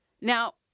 Now